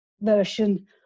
version